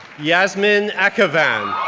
yasmin akhavan,